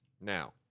Now